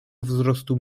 wzrostu